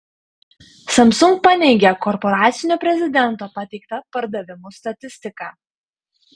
samsung paneigė korporacinio prezidento pateiktą pardavimų statistiką